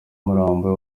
umurambo